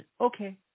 okay